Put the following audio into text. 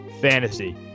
fantasy